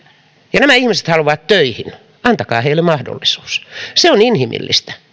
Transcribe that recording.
ja nämä ihmiset haluavat töihin antakaa heille mahdollisuus se on inhimillistä